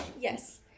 Yes